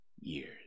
years